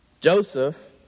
Joseph